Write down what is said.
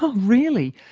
ah really?